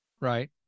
right